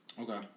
Okay